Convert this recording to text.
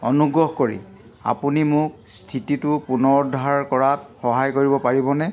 অনুগ্ৰহ কৰি আপুনি মোক স্থিতিটো পুনৰুদ্ধাৰ কৰাত সহায় কৰিব পাৰিবনে